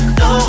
no